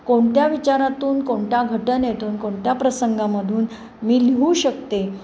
कोणत्या विचारातून कोणत्या घटनेतून कोणत्या प्रसंगामधून मी लिहू शकते